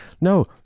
no